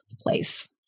place